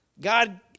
God